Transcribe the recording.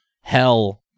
hell